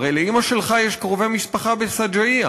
הרי לאימא שלך יש קרובי משפחה בשג'אעיה,